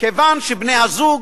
כיוון שבני-הזוג